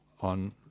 on